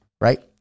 right